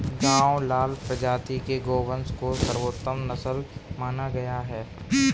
गावलाव प्रजाति के गोवंश को सर्वोत्तम नस्ल माना गया है